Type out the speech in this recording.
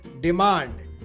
demand